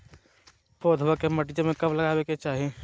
पौधवा के मटिया में कब लगाबे के चाही?